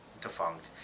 defunct